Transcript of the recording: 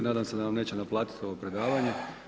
Nadam se da vam neće naplatiti ovo predavanje.